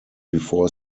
before